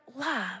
love